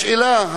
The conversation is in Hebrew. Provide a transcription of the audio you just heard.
השאלה,